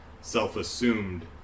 self-assumed